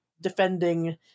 defending